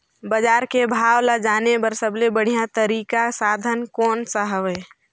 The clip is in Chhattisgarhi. बजार के भाव ला जाने बार सबले बढ़िया तारिक साधन कोन सा हवय?